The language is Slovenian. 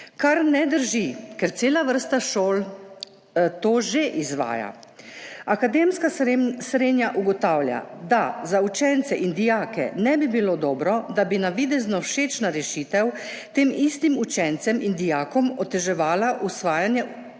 kar ne drži, ker cela vrsta šol to že izvaja. Akademska srenja ugotavlja, da za učence in dijake ne bi bilo dobro, da bi navidezno všečna rešitev tem istim učencem in dijakom oteževala usvajanje učne